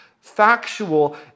factual